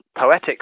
poetic